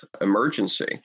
emergency